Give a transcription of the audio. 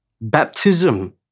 Baptism